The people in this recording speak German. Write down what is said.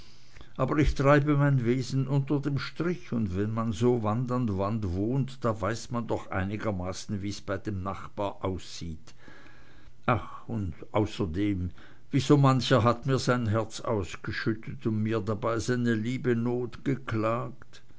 aber ich treibe mein wesen über dem strich und wenn man so wand an wand wohnt da weiß man doch einigermaßen wie's bei dem nachbar aussieht ach und außerdem wie so mancher hat mir sein herz ausgeschüttet und mir dabei seine liebe not geklagt